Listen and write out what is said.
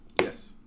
Yes